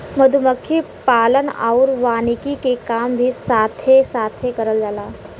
मधुमक्खी पालन आउर वानिकी के काम भी साथे साथे करल जाला